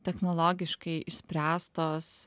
technologiškai išspręstos